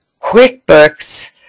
QuickBooks